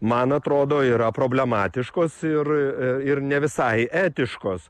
man atrodo yra problematiškos ir ir ne visai etiškos